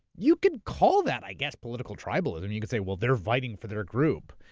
you can call that i guess, political tribalism. you can say, well, they're fighting for their group.